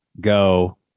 go